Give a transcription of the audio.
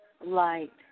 light